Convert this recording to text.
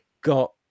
got